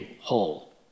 whole